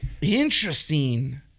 Interesting